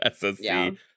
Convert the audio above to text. SSC